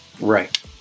Right